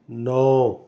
ਨੌਂ